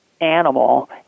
animal